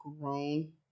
grown